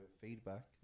feedback